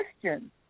question